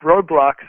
roadblocks